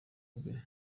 bwe